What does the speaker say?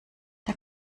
der